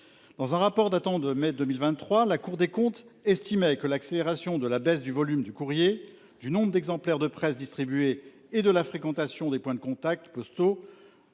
Dans un rapport publié en mai 2023, la Cour des comptes estimait que l’accélération de la baisse du volume du courrier, du nombre d’exemplaires de presse distribués et de la fréquentation des points de contact postaux